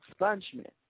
expungement